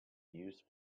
used